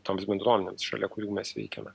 toms bendruomenėms šalia kurių mes veikiame